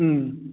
ꯎꯝ